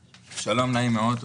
שלום, נעים מאוד.